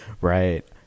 Right